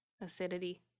Acidity